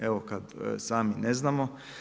Evo kada sami ne znamo.